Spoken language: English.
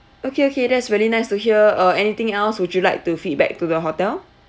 okay okay that's really nice to hear uh anything else would you like to feedback to the hotel